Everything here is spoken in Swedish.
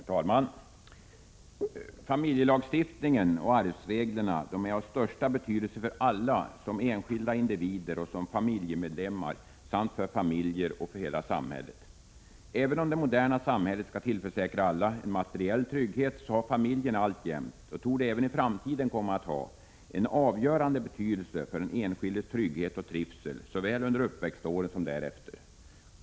Herr talman! Familjelagstiftningen och arvsreglerna är av största betydelse för alla som enskilda individer och som familjemedlemmar samt för familjer och hela samhället. Även om det moderna samhället skall tillförsäkra alla en materiell trygghet, har familjen alltjämt, och torde även i framtiden komma att ha, en avgörande betydelse för den enskildes trygghet och trivsel såväl under uppväxtåren som därefter.